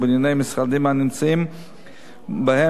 או בנייני משרדים שנמצאים בהם,